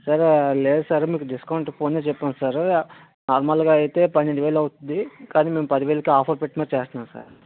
sir లేదు sir మీకు discount phone చెప్పాము సారు నార్మల్గా అయితే పన్నెండు వేలు అవుతుంది కానీ మేము పదివేలకే ఆఫర్ పెట్టి మరి చేస్తున్నాం సార్